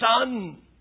Son